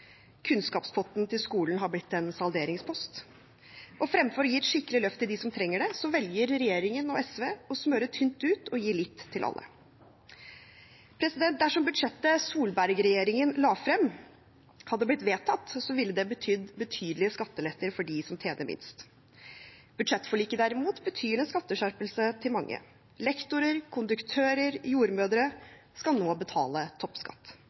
kunnskapspotten til skolen har blitt en salderingspost, og fremfor å gi et skikkelig løft til dem som trenger det, velger regjeringen og SV å smøre tynt ut og gi litt til alle. Dersom budsjettet Solberg-regjeringen la frem, hadde blitt vedtatt, ville det betydd betydelige skatteletter for dem som tjener minst. Budsjettforliket derimot betyr en skatteskjerpelse for mange. Lektorer, konduktører og jordmødre skal nå betale toppskatt.